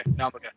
okay